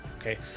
Okay